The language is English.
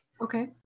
Okay